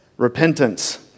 Repentance